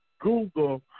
Google